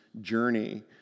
journey